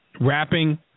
wrapping